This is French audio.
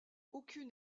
aucune